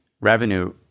revenue